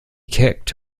kicked